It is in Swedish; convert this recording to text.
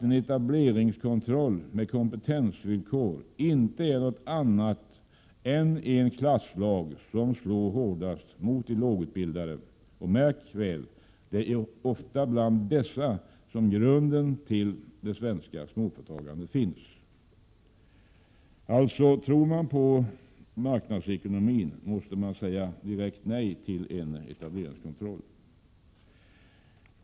En etableringskontroll med kompetensvillkor är därför inte något annat än en klasslag som slår hårdast mot de lågutbildade. Och märk väl att det ofta är bland dessa som grunden till det svenska småföretagandet finns. Tror man på marknadsekonomi måste man alltså säga ett direkt nej till etableringskontroll.